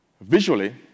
Visually